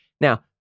Now